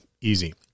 Easy